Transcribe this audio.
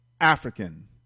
African